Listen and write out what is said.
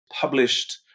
published